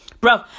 Bro